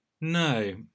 no